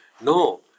No